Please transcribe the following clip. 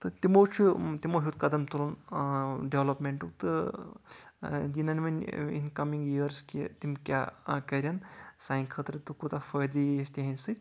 تہٕ تمو چھُ تِمو ہیوت قدم تلُن ڈیولپمنٹُک تہٕ یہِ ننہِ وۄنۍ اِن کَمِنٛگ ییٲرس کہِ تِم کیاہ کَرن سانہِ خٲطر تہٕ کوٗتاہ فٲیٚدٕ یی اَسہِ تِہنٛد سۭتۍ